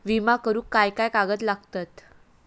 विमा करुक काय काय कागद लागतत?